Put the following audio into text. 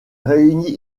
réunit